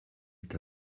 est